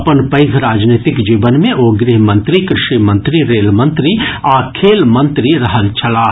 अपन पैघ राजनीतिक जीवन मे ओ गृह मंत्री कृषि मंत्री रेल मंत्री आ खेल मंत्री रहल छलाह